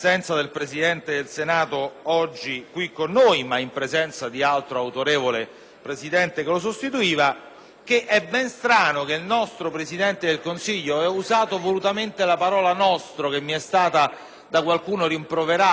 e ben strano che il nostro Presidente del Consiglio – ho usato volutamente la parola «nostro» che mi estata da qualcuno rimproverata nella notte passata, ma ritengo che il Presidente del Consiglio, ancorche´ eletto da una parte del Parlamento e il Presidente del Consiglio degli italiani